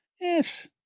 Yes